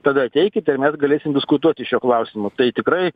tada ateikite ir mes galėsim diskutuoti šiuo klausimu tai tikrai